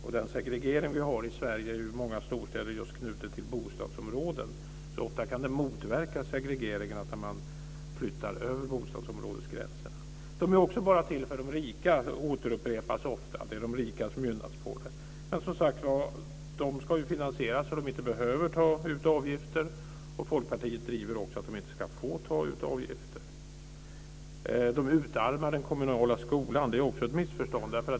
Den segregering vi har i Sverige är ju i många storstäder just knuten till bostadsområden. Ofta kan det motverka segregeringen att man flyttar över bostadsområdesgränserna. De är bara till för de rika, upprepas ofta. Det är de rika som gynnas av dessa skolor. Men som sagt var de ska ju finansieras så att de inte behöver ta ut avgifter. Folkpartiet driver också att de inte ska få ta ut avgifter. De utarmar den kommunala skolan. Det är också ett missförstånd.